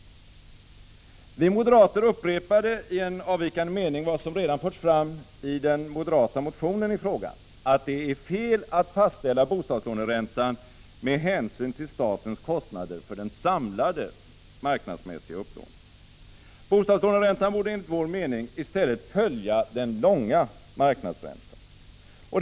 Vi moderater upprepade i en avvikande mening vad som redan förts fram i den moderata motionen i frågan, att det är fel att fastställa bostadslåneräntan med hänsyn till statens kostnader för den samlade marknadsmässiga upplåningen. Bostadslåneräntan borde enligt vår mening i stället följa den långfristiga marknadsräntan.